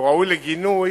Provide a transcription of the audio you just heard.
הוא ראוי לגינוי